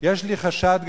יש לי חשד גדול.